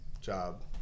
job